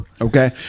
okay